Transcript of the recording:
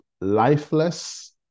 lifeless